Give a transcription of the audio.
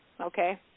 Okay